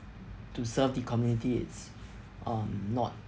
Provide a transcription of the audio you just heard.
to serve the community it's um not